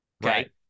Right